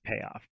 payoff